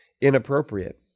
inappropriate